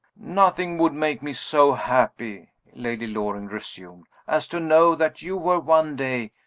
nothing would make me so happy, lady loring resumed, as to know that you were one day,